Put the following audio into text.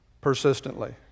persistently